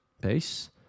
base